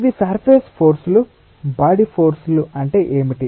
ఇవి surface force లు body force అంటే ఏమిటి